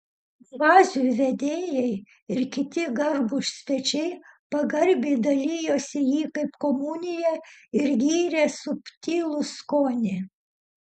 bazių vedėjai ir kiti garbūs svečiai pagarbiai dalijosi jį kaip komuniją ir gyrė subtilų skonį